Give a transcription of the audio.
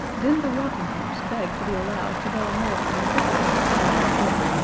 then the rocking horse begged to be allowed to go and live on the hippogriff's page of the book.